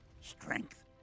strength